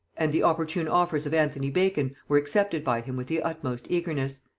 and the opportune offers of anthony bacon were accepted by him with the utmost eagerness.